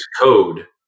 code